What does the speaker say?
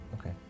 Okay